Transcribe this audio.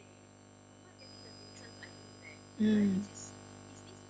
mm